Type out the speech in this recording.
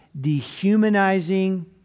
dehumanizing